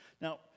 Now